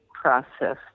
process